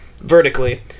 vertically